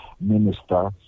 minister